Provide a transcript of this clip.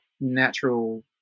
natural